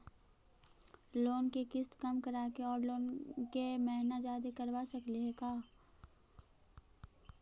Loan के किस्त कम कराके औ लोन के महिना जादे करबा सकली हे का?